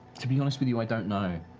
to be honest with you, i don't know.